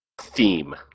theme